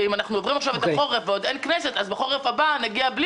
אם אנחנו עוברים את החורף ואין כנסת אז לחורף הבא נגיע בלי